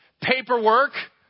Paperwork